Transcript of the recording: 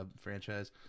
franchise